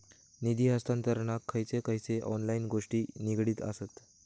निधी हस्तांतरणाक खयचे खयचे ऑनलाइन गोष्टी निगडीत आसत?